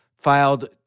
filed